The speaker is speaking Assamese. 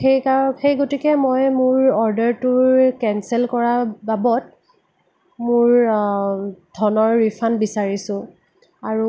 সেই কা সেই গতিকে মই মোৰ অৰ্ডাৰটোৰ কেনচেল কৰাৰ বাবদ মোৰ ধনৰ ৰিফাণ্ড বিচাৰিছোঁ আৰু